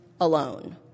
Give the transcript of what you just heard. alone